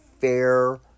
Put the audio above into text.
fair